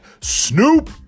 Snoop